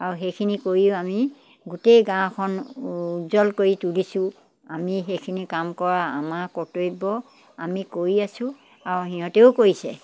আৰু সেইখিনি কৰিও আমি গোটেই গাঁওখন উজ্জ্বল কৰি তুলিছোঁ আমি সেইখিনি কাম কৰা আমাৰ কৰ্তব্য আমি কৰি আছোঁ আৰু সিহঁতেও কৰিছে